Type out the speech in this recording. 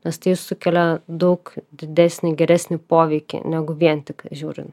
nes tai sukelia daug didesnį geresnį poveikį negu vien tik žiūrint